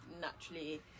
naturally